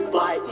Fly